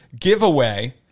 giveaway